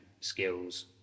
skills